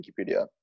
Wikipedia